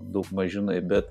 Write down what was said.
daugmaž žinai bet